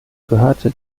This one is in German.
gehörte